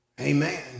amen